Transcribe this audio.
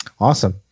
Awesome